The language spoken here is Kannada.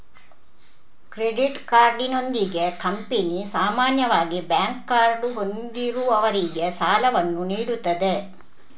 ಕ್ರೆಡಿಟ್ ಕಾರ್ಡಿನೊಂದಿಗೆ ಕಂಪನಿ ಸಾಮಾನ್ಯವಾಗಿ ಬ್ಯಾಂಕ್ ಕಾರ್ಡು ಹೊಂದಿರುವವರಿಗೆ ಸಾಲವನ್ನು ನೀಡುತ್ತದೆ